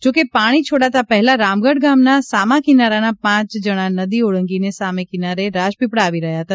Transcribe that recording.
જોકે પાણી છોડાતા પહેલા રામગઢ ગામના સામા કિનારાના પાંચ જણા નદી ઓળંગીને સામે કિનારે રાજપીપળા આવી રહ્યા હતા